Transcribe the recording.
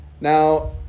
Now